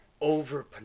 over